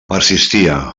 persistia